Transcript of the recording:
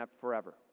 forever